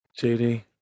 jd